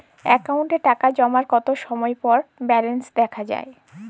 অ্যাকাউন্টে টাকা জমার কতো সময় পর ব্যালেন্স দেখা যাবে?